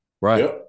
right